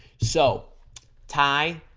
so ty